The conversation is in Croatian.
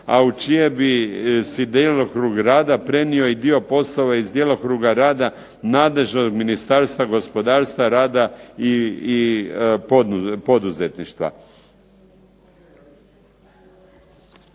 a u čiji bi se djelokrug rada prenio i dio poslova iz djelokruga rada nadležnog Ministarstva gospodarstva, rada i poduzetništva.